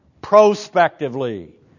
prospectively